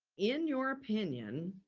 in your opinion,